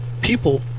people